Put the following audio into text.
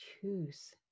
Choose